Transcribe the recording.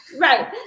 right